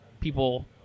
people